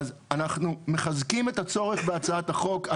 אז אנחנו מחזקים הצורך בהצעת החוק.